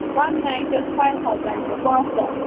وَن night حظ five تھاوزٕنٹہٕ پانٛژھ ساس